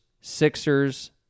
Sixers